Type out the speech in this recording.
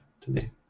today